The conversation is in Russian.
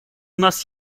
нас